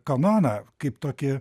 kanoną kaip tokį